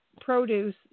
produce